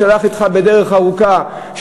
שהלך אתך בדרך ארוכה,